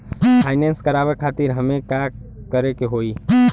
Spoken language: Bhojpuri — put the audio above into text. फाइनेंस करावे खातिर हमें का करे के होई?